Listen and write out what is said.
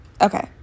okay